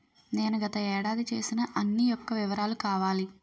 నేను గత ఏడాది చేసిన అన్ని యెక్క వివరాలు కావాలి?